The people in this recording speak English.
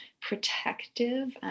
protective